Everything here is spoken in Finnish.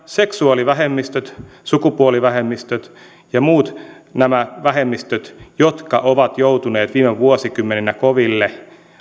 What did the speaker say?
seksuaalivähemmistöt sukupuolivähemmistöt ja muut nämä vähemmistöt jotka ovat joutuneet viime vuosikymmeninä koville